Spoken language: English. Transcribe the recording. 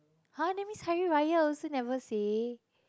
!huh! that means Hari-Raya also never say